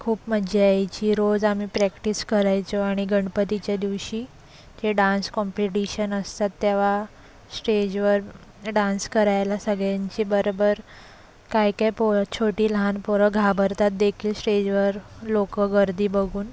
खूप मज्जा यायची रोज आम्ही प्रॅक्टिस करायचो आणि गणपतीच्या दिवशी ते डांस कॉम्पिडीशन असतात तेव्हा स्टेजवर डांस करायला सगळ्यांचे बरोबर काही काही पोरं छोटी लहान पोरं घाबरतात देखील स्टेजवर लोकं गर्दी बघून